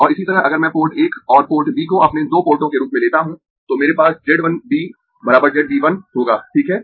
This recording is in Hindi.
और इसी तरह अगर मैं पोर्ट 1 और पोर्ट B को अपने दो पोर्टों के रूप में लेता हूं तो मेरे पास Z 1 B Z B 1 होगा ठीक है